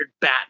bat